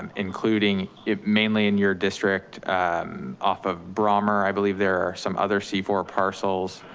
including it mainly in your district off of brommer, i believe there are some other c four parcels.